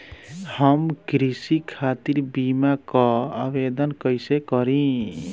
हम कृषि खातिर बीमा क आवेदन कइसे करि?